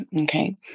okay